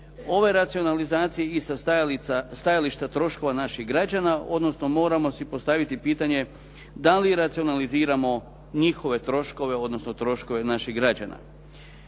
ove racionalizacije i sa stajališta troškova naših građana, odnosno moramo si postaviti pitanje da li racionaliziramo njihove troškove, odnosno troškove naših građana.